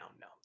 No